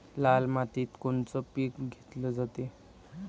लाल मातीत कोनचं पीक घेतलं जाते?